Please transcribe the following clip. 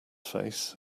face